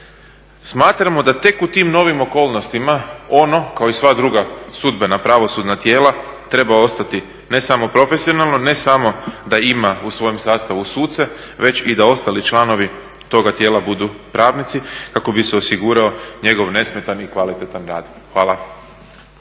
smatramo da tek u tim novim okolnostima ono kao i sva druga sudbena, pravosudna tijela treba ostati ne samo profesionalno, ne samo da ima u svojem sastavu suce već i da ostali članovi toga tijela budu pravnici kako bi se osigurao njegov nesmetani i kvalitetan rad. Hvala.